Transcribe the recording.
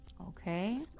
okay